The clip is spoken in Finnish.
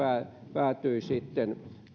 päätyi sitten